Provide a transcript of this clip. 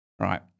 right